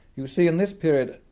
you see, in this period,